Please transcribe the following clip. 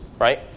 right